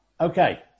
Okay